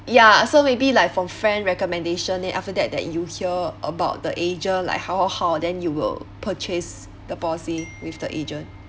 ya so maybe like from friend recommendation then after that that you hear about the agent like how how then you will purchase the policy with the agent